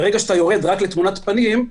ברגע שאתה יורד רק לתמונת פנים,